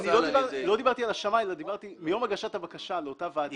לא דיברתי על השמאי אלא מיום הגשת הבקשה לאותה ועדה.